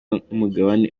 nk’umugabane